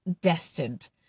destined